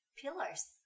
pillars